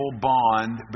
bond